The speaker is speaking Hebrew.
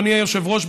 אדוני היושב-ראש,